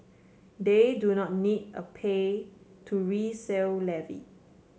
they do not need a pay to resale levy